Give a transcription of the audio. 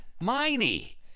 Miney